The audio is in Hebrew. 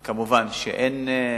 אין כמובן רגולציה.